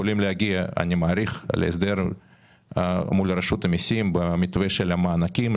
יכולים להגיע להסדר מול רשות המיסים במתווה של המענקים,